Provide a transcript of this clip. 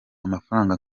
amafaranga